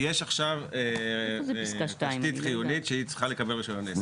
יש עכשיו תשתית חיונית שהיא צריכה לקבל רישיון עסק.